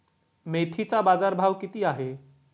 मेथीचा बाजारभाव किती आहे?